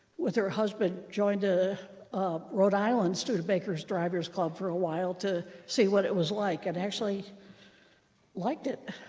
with her husband, joined a rhode island studebakers drivers club for a while to see what it was like, and actually liked it.